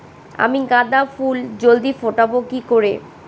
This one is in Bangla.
আমি গাঁদা ফুল জলদি ফোটাবো কি করে?